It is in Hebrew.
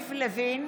יריב לוין,